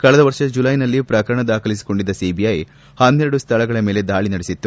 ಕಳೆದ ವರ್ಷದ ಜುಲೈನಲ್ಲಿ ಪ್ರಕರಣ ದಾಖಲಿಸಿಕೊಂಡಿದ್ದ ಸಿಬಿಐ ಹನ್ನೆರಡು ಸ್ಥಳಗಳ ಮೇಲೆ ದಾಳಿ ನಡೆಸಿತ್ತು